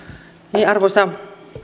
arvoisa